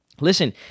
listen